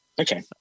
Okay